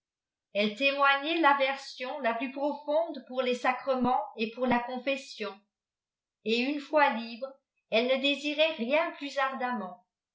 elle témoignait laversion la pins profonde pour les sacrements et pour la confession et une fois libres elles ne dcsiraieni rien pins ardemment